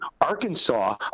Arkansas